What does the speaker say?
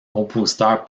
compositeur